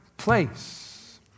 place